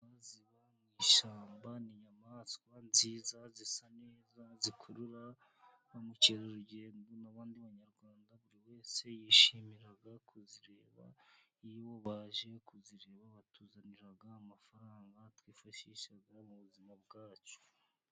Inyamaswa ziba ishyamba ni inyamaswa nziza zisa neza zikurura ba mukerarugendo n'abandi banyarwanda, buri wese yishimira kuzireba iyo baje kuzireba batuzanira amafaranga, twifashisha mu buzima bwacu.